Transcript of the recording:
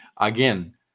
again